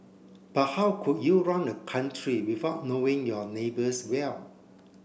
but how could you run a country without knowing your neighbours well